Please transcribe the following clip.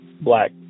black